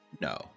No